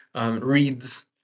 reads